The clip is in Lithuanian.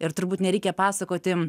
ir turbūt nereikia pasakoti